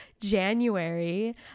January